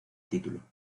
título